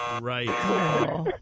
Right